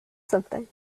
something